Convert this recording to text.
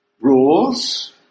rules